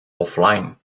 offline